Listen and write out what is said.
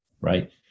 right